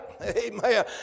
Amen